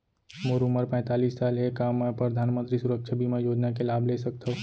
मोर उमर पैंतालीस साल हे का मैं परधानमंतरी सुरक्षा बीमा योजना के लाभ ले सकथव?